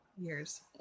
years